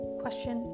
question